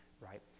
right